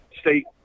state